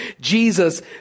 Jesus